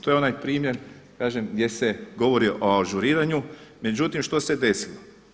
To je onaj primjer kažem gdje se govori o ažuriranju, međutim što se desilo?